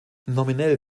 nominell